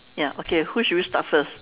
ya okay who should with we start first